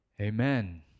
Amen